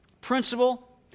principle